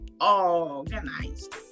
organized